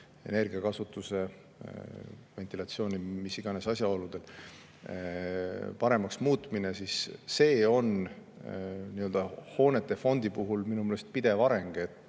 energiakasutuse, ventilatsiooni, mis iganes asjaolude paremaks muutmine, on nii-öelda hoonetefondi puhul minu meelest pidev areng. Ka